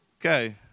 Okay